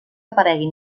apareguin